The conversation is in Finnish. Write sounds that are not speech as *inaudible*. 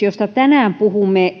*unintelligible* josta tänään puhumme